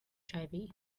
hiv